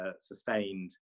sustained